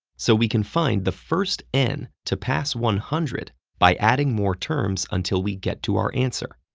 so we can find the first n to pass one hundred by adding more terms until we get to our answer,